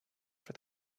for